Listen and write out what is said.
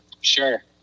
Sure